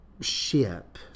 ship